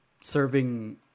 serving